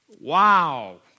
Wow